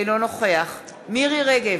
אינו נוכח מירי רגב,